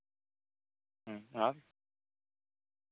ᱦᱮᱸ ᱟᱨ